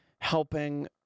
helping